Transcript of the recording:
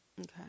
Okay